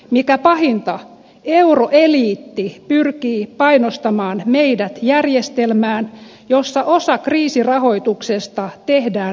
mikä pahinta euroeliitti pyrkii painostamaan meidät järjestelmään jossa osa kriisirahoituksesta tehdään määräenemmistöpäätöksin